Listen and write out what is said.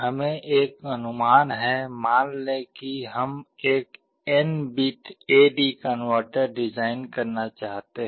हमें एक अनुमान है मान लें कि हम एक n bit A D converter design करना चाहते हैं